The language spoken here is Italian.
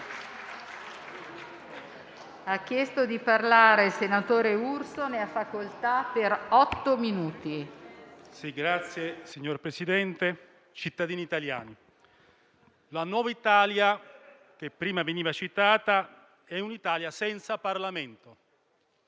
la nuova Italia che prima veniva citata è un'Italia senza Parlamento,